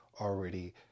already